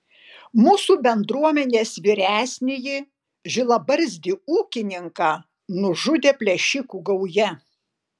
mūsų bendruomenės vyresnįjį žilabarzdį ūkininką nužudė plėšikų gauja